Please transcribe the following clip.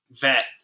vet